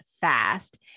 fast